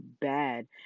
bad